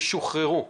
ושוחררו.